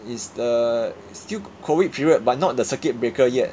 is the it's still COVID period but not the circuit breaker yet